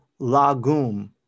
lagum